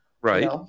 Right